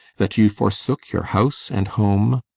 that you forsook your house and home?